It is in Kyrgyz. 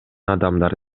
адамдар